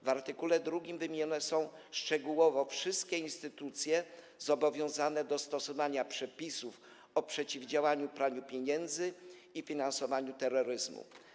W art. 2 wymienione są szczegółowo wszystkie instytucje zobowiązane do stosowania przepisów o przeciwdziałaniu praniu pieniędzy i finansowaniu terroryzmu.